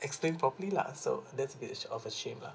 explain properly lah so that's a bit of a shame lah